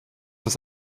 was